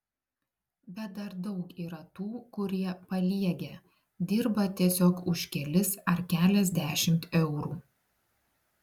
bet dar daug yra tų kurie paliegę dirba tiesiog už kelis ar keliasdešimt eurų